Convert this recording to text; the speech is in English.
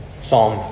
Psalm